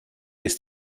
ist